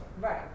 Right